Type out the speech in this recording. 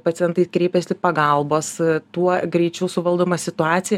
pacientai kreipiasi pagalbos tuo greičiau suvaldoma situacija